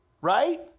Right